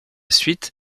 suite